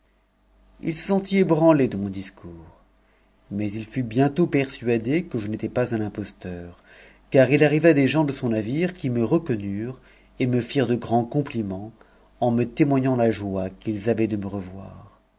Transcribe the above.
se sentit ébranlé de mon discours mais il fut bientôt persuadé que je étais pas un imposteur car il arriva des gens de son navire qui me recon mat et me arent de grandscompliments en me témoignant la joie qu'ils avaient de me revoir